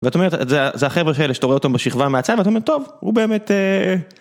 ואתה אומר, זה החבר'ה האלה שאתה רואה אותו בשכבה מהצד, אתה אומר, טוב, הוא באמת...